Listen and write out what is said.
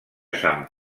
sant